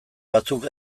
batzuk